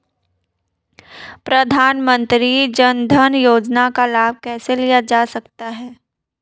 प्रधानमंत्री जनधन योजना का लाभ कैसे लिया जा सकता है?